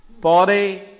body